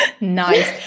Nice